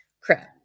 crap